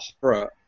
horror